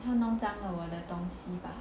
他弄脏了我的东西吧